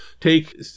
take